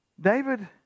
David